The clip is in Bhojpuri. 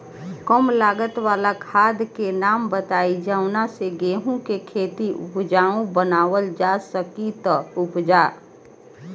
कम लागत वाला खाद के नाम बताई जवना से गेहूं के खेती उपजाऊ बनावल जा सके ती उपजा?